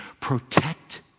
Protect